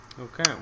Okay